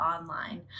online